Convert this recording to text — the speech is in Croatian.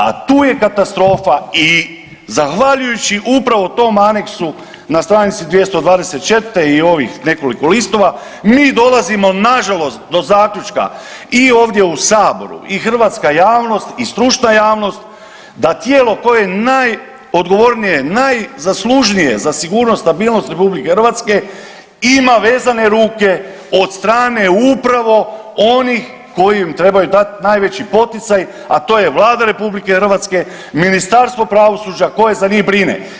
A tu je katastrofa i zahvaljujući upravo tom aneksu na str. 224 i ovih nekoliko listova, mi dolazimo nažalost do zaključka i ovdje u saboru i hrvatska javnost i stručna javnost, da tijelo koje je najodgovornije, najzaslužnije za sigurnost i stabilnost RH ima vezane ruke od strane upravo onih koji im trebaju dati najveći poticaj a to je Vlada RH, Ministarstvo pravosuđa, koje za njih brine.